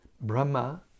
Brahma